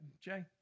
Jay